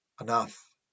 Enough